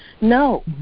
No